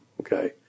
okay